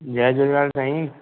जय झूलेलाल साईं